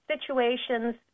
situations